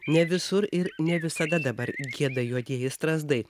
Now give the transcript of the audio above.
ne visur ir ne visada dabar gieda juodieji strazdai